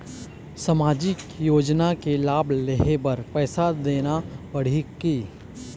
सामाजिक योजना के लाभ लेहे बर पैसा देना पड़ही की?